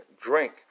drink